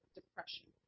depression